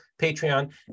Patreon